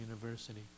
University